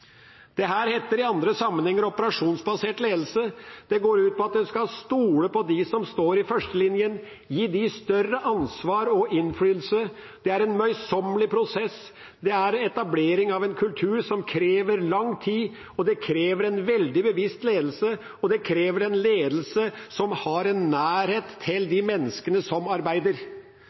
står i førstelinjen, gi dem større ansvar og innflytelse. Det er en møysommelig prosess. Det er etablering av en kultur som krever lang tid, det krever en veldig bevisst ledelse, og det krever en ledelse som har en nærhet til menneskene som arbeider.